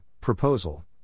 Proposal